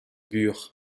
bur